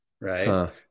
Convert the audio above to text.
Right